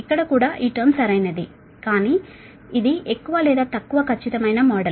ఇక్కడ కూడా ఈ టర్మ్ సరైనది కానీ ఇది ఎక్కువ లేదా తక్కువ ఖచ్చితమైన మోడల్